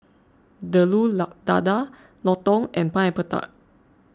Telur Dadah Lontong and Pineapple Tart